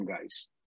guys